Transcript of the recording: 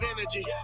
energy